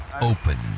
open